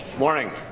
morning.